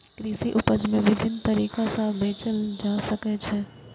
कृषि उपज कें विभिन्न तरीका सं बेचल जा सकै छै